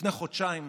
לפני חודשיים